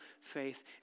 faith